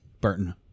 Burton